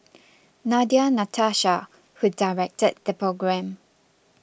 Nadia Natasha who directed the programme